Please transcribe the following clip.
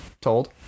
Told